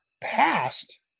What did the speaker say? passed